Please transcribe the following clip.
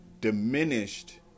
diminished